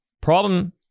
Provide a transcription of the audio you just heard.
Problem